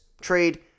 trade